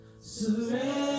surrender